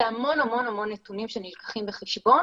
יש המון נתונים שנלקחים בחשבון